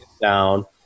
down